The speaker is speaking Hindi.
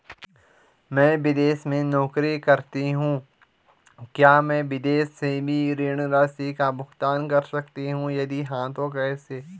मैं विदेश में नौकरी करतीं हूँ क्या मैं विदेश से भी ऋण राशि का भुगतान कर सकती हूँ यदि हाँ तो कैसे?